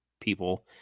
people